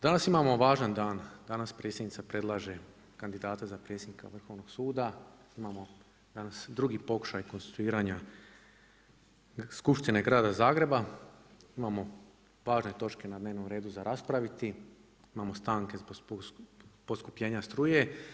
Danas imamo važan dan, danas predsjednica predlaže kandidate za predsjednika Vrhovnog suda, imamo danas drugi pokušaj konstituiranja Skupštine grada Zagreba, imamo važne točke na dnevnom redu za raspraviti, imamo stanke zbog poskupljenja struje.